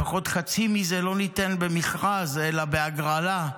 לפחות חצי מזה לא ניתן במכרז, אלא בהגרלה.